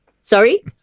Sorry